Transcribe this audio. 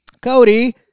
Cody